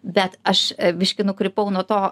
bet aš biškį nukrypau nuo to